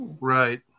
Right